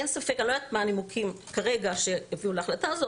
אני לא יודעת מה הנימוקים כרגע שהביאו להחלטה הזאת,